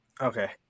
Okay